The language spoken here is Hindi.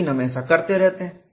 लेकिन हम ऐसा करते रहते हैं